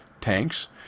tanks